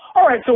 all right. so